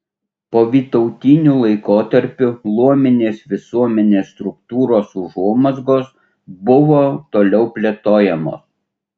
povytautiniu laikotarpiu luominės visuomenės struktūros užuomazgos buvo toliau plėtojamos